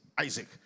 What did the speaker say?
Isaac